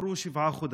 עברו שבעה חודשים.